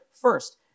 first